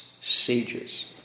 Sages